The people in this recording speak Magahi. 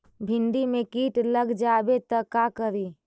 भिन्डी मे किट लग जाबे त का करि?